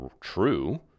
true